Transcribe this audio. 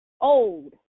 old